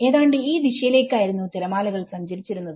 ഏതാണ്ട് ഈ ദിശയിലേക്കായിരുന്നു തിരമാലകൾ സഞ്ചരിച്ചിരുന്നത്